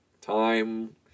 time